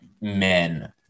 men